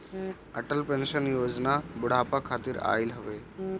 Atal pension योजना बुढ़ापा खातिर आईल हवे